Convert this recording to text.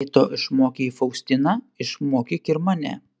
jei to išmokei faustiną išmokyk ir mane